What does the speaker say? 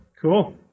Cool